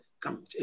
come